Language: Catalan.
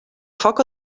foc